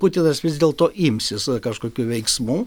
putinas vis dėlto imsis kažkokių veiksmų